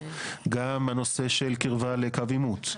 גם הנושא של קירבה לקו עימות,